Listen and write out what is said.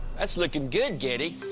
that's looking good, getty.